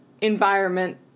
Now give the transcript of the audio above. environment